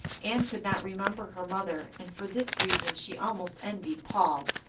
anne could not remember her mother and for this reason she almost envied paul.